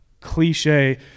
cliche